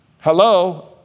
hello